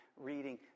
reading